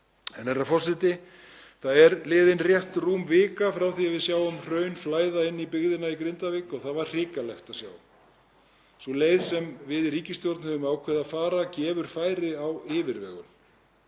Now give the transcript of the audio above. Herra forseti. Það er liðin rétt rúm vika frá því að við sáum hraun flæða inn í byggðina í Grindavík og það var hrikalegt að sjá. Sú leið sem við í ríkisstjórn höfum ákveðið að fara gefur færi á yfirvegun.